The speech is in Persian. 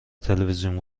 تلویزیون